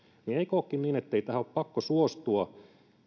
niin eikö olekin niin ettei tähän ole pakko suostua